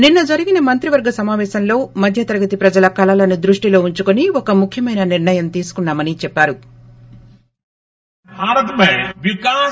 నిన్న జరిగిన మంత్రి వర్గ సమాపేశంలో మధ్య తరగతి ప్రజల కలలను దృష్టిలో ఉంచుకొని ఒక ముఖ్యమైన నిర్లయం తీసుకున్నా మని చెప్పారు